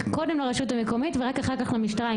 קודם לרשות המקומית ורק אחר כך למשטרה,